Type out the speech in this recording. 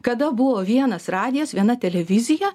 kada buvo vienas radijas viena televizija